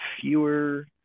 fewer